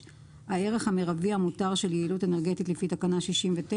- הערך המרבי המותר של יעילות אנרגטית לפי תקנה 69,